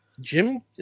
Jim